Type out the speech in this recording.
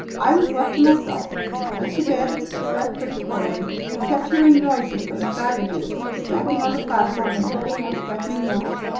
i was left to myself i went to bed but slept pretty poorly. i kept hearing noises from the savages, who were stamping on the platform and letting out deafening yells.